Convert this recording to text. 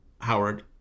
Howard